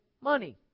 money